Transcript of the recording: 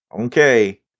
okay